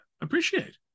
appreciate